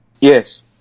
Yes